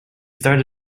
started